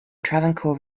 travancore